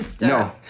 No